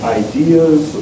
ideas